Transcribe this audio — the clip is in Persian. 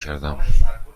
کردم